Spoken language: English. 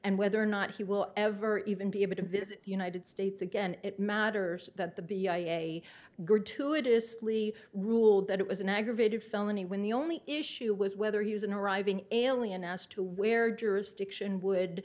and whether or not he will ever even be able to visit united states again it matters that the b i a gratuitous plea ruled that it was an aggravated felony when the only issue was whether he was an arriving alien as to where jurisdiction would